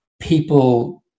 people